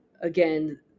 again